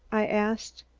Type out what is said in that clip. i asked.